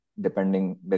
Depending